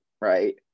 right